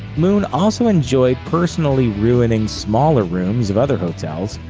moon also enjoyed personally ruining smaller rooms of other hotels.